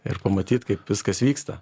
ir pamatyt kaip viskas vyksta